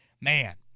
man